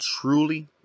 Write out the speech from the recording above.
truly